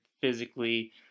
physically